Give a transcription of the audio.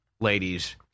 ladies